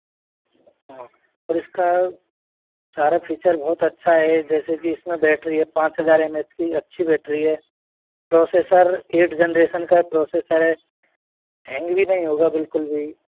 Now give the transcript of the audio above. और इसका सारे फीचर्स बहुत अच्छा है जैसे कि इसमें बैटरी है पाँच हज़ार एम ए एच की अच्छी बेटरी है प्रोसेसर ऐट जेनरेशन का प्रोसेसर है हैंग भी नहीं होगा बिलकुल भी